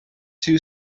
two